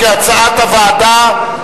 כהצעת הוועדה,